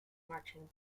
marching